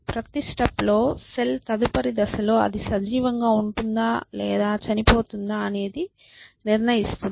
ప్రతి స్టెప్ లో సెల్ తదుపరి దశలో అది సజీవంగా ఉంటుందా లేదా చనిపోతుందా అనేది నిర్ణయిస్తుంది